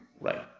Right